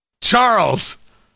Charles